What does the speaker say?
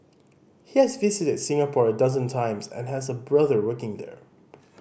he has visited Singapore a dozen times and has a brother working there